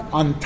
on